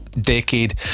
decade